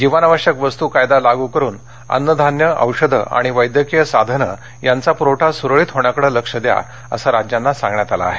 जीवनावश्यक वस्तू कायदा लागू करून अन्नधान्य औषधं आणि वैद्यकीय साधनं यांचा पुरवठा सूरळीत होण्याकडे लक्ष द्या असं राज्यांना सांगण्यात आलं आहे